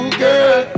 girl